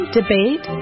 debate